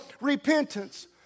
repentance